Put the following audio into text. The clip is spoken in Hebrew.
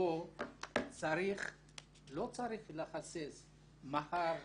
לא צריך להסס, מחר,